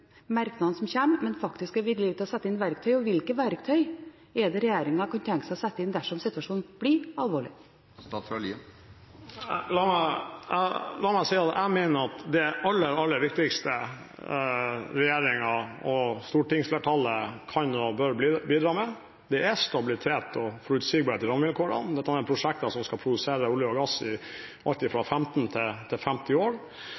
merknadene som kommer, men faktisk er villig til å sette inn verktøy? Og hvilke verktøy kunne regjeringen tenke seg å sette inn dersom situasjonen blir alvorlig? Jeg mener at det aller, aller viktigste regjeringen og stortingsflertallet kan og bør bidra med, er stabilitet og forutsigbarhet i rammevilkårene – dette med prosjekter som skal produsere olje og gass i alt fra 15 til 50 år.